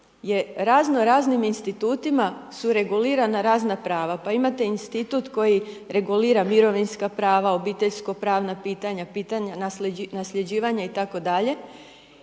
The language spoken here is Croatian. raznim institutima su regulirana razna prava, pa imate institut koji regulira mirovinska prava, obiteljsko pravna pitanja, prava nasljeđivanja, i